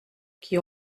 qui